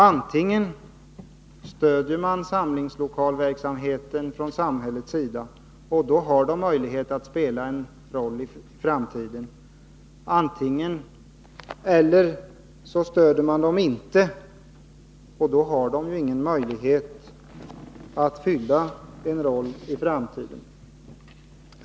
Antingen stöder man samlingslokalsverksamheten från samhällets sida, och då har samlingslokalsverksamheten möjlighet att spela en roll i framtiden, eller också stöder man den inte, och då har verksamheten ingen möjlighet att spela en roll i framtiden.